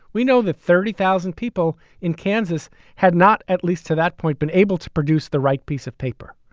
we know the thirty thousand people in kansas had not, at least to that point, been able to produce the right piece of paper.